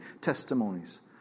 testimonies